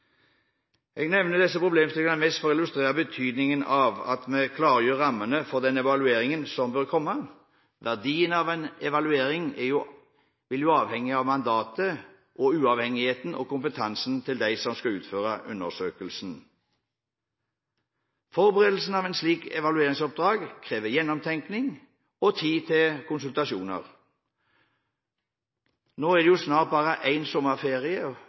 Jeg nevner disse problemstillingene mest for å illustrere betydningen av at vi klargjør rammene for den evalueringen som bør komme. Verdien av en evaluering vil jo avhenge av mandatet, uavhengigheten og kompetansen til dem som skal utføre undersøkelsen. Forberedelsen av et slikt evalueringsoppdrag krever gjennomtenkning og tid til konsultasjoner. Nå er det jo snart bare en